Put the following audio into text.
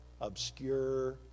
obscure